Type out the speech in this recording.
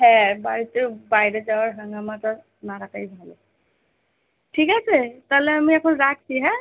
হ্যাঁ বাড়িতে বাইরে যাওয়ার হাঙ্গামাটা না রাখাই ভালো ঠিক আছে তাহলে আমি এখন রাখি হ্যাঁ